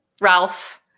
Ralph